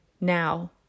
now